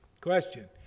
Question